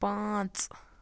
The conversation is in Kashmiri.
پانٛژ